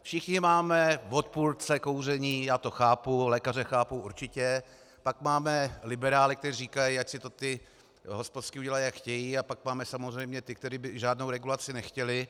Všichni máme odpůrce kouření, já to chápu, lékaře chápu určitě, pak máme liberály, kteří říkají, ať si to ti hospodští udělají, jak chtějí, a pak máme samozřejmě ty, kteří by žádnou regulaci nechtěli.